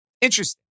Interesting